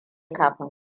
kafin